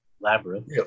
Labyrinth